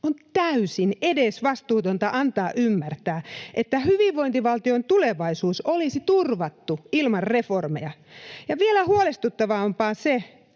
On täysin edesvastuutonta antaa ymmärtää, että hyvinvointivaltion tulevaisuus olisi turvattu ilman reformeja, ja vielä huolestuttavampaa on se,